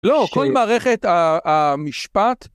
לא, כל מערכת המשפט...